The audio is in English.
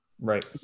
Right